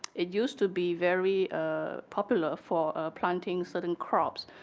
it used to be very popular for planting southern crops,